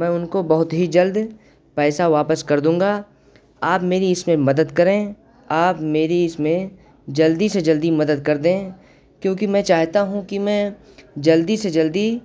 میں ان کو بہت ہی جلد پیسہ واپس کر دوں گا آپ میری اس میں مدد کریں آپ میری اس میں جلدی سے جلدی مدد کر دیں کیونکہ میں چاہتا ہوں کہ میں جلدی سے جلدی